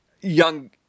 young